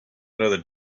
another